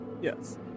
Yes